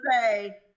say